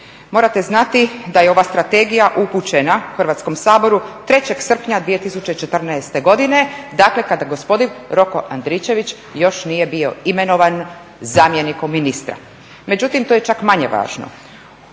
Morate znati da je ova strategija upućena Hrvatskom saboru 03. srpnja 2014. godine, dakle kada gospodin Roko Andričević još nije bio imenovan zamjenikom ministra. Međutim to je čak manje važno.